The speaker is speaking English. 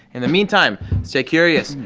in the meantime, stay curious,